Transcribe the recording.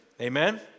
Amen